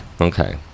Okay